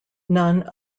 none